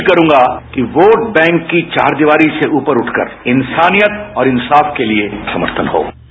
मैं अपील करूगां कि वोट बैंक की चार दीवारी से ऊपर उठकर इंसानियत और इंसाफ के लिए समर्थन हो